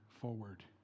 forward